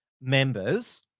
members